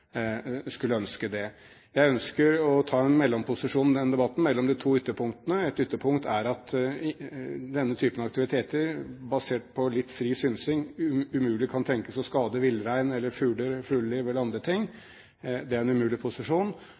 skulle ønske det. Jeg ønsker å innta en mellomposisjon i denne debatten mellom de to ytterpunktene. Ett ytterpunkt er at denne typen aktiviteter, basert på litt fri synsing, umulig kan tenkes å skade villrein, fugleliv eller andre ting. Det er en umulig posisjon.